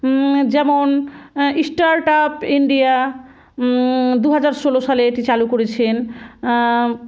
যেমন start up India দু হাজার ষোলো সালে এটি চালু করেছেন